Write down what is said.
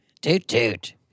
Toot-toot